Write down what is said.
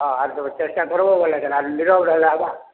ହଁ ଆର୍ ଚେଷ୍ଟା କର୍ବ ବେଲେ କା'ନ ଆର୍ ନିରବ୍ ରହେଲେ ହେବା